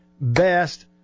best